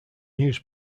news